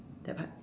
that part mm